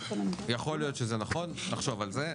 יכול להיות שזה נכון, נחשוב על זה.